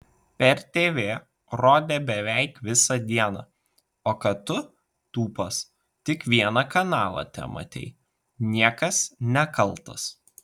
per tv rodė beveik visą dieną o kad tu tūpas tik vieną kanalą tematei niekas nekaltas